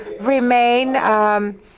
remain